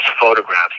photographs